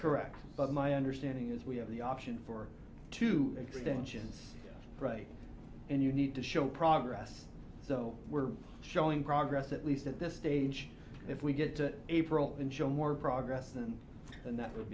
correct but my understanding is we have the option for two extensions and you need to show progress so we're showing progress at least at this stage if we get to april and show more progress than than that would